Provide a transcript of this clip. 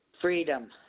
Freedom